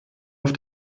auf